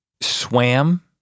swam